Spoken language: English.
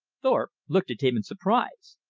thorpe looked at him in surprise.